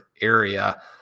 area